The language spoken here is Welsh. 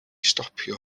stopio